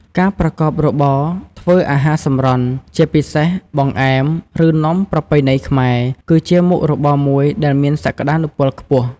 ការប្រកបរបរធ្វើអាហារសម្រន់ ជាពិសេសបង្អែម ឬនំប្រពៃណីខ្មែរ គឺជាមុខរបរមួយដែលមានសក្ដានុពលខ្ពស់។